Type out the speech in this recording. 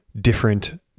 different